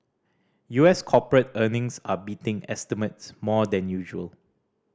U S corporate earnings are beating estimates more than usual